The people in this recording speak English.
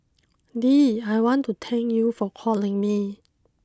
Dee I want to thank you for calling me